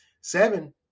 seven